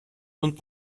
und